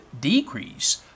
decrease